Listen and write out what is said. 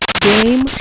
Game